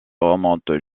remonte